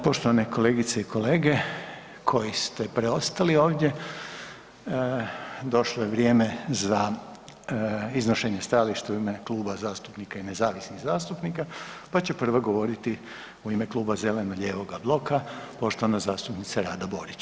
Poštovane kolegice i kolege koji ste preostali ovdje došlo je vrijeme za iznošenje stajališta u ime Kluba zastupnika i nezavisnih zastupnika, pa će prva govoriti u ime Kluba Zeleno lijevoga bloka poštovana zastupnica Rada Borić.